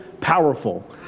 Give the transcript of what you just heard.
powerful